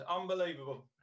Unbelievable